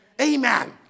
Amen